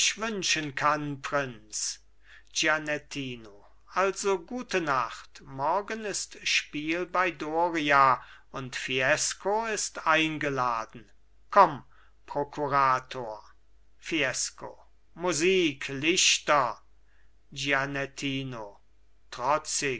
wünschen kann prinz gianettino also gute nacht morgen ist spiel bei doria und fiesco ist eingeladen komm prokurator fiesco musik lichter gianettino trotzig